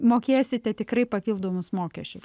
mokėsite tikrai papildomus mokesčius